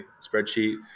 spreadsheet